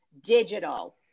digital